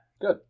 Good